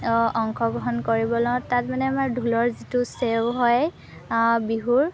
অংশগ্ৰহণ কৰিব লওঁ তাত মানে আমাৰ ঢোলৰ যিটো চেউ হয় বিহুৰ